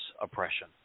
oppression